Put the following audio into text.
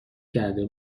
کرده